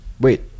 wait